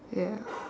ya